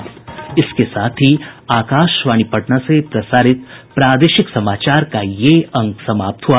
इसके साथ ही आकाशवाणी पटना से प्रसारित प्रादेशिक समाचार का ये अंक समाप्त हुआ